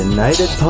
United